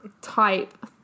type